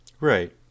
Right